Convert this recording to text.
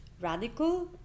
radical